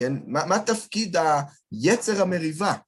מה תפקיד היצר המריבה?